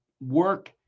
work